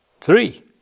Three